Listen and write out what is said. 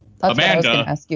Amanda